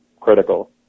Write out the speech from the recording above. critical